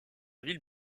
ville